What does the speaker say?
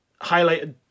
highlighted